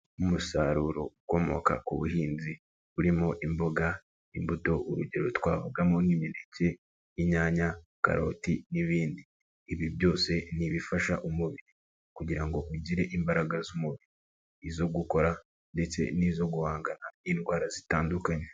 Nk'umusaruro ukomoka ku buhinzi burimo imboga, imbuto. Urugero twavugamo nk'imineke, inyanya, karoti n'ibindi. Ibi byose ni ibifasha umubiri kugira ngo ugire imbaraga z'umubiri. Izo gukora ndetse n'izo guhangana n'indwara zitandukanye.